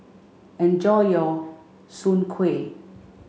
enjoy your soon Kway